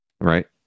Right